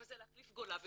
אבל זה להחליף גולה בגולה.